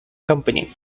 company